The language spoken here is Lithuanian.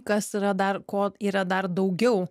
kas yra dar ko yra dar daugiau